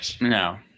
No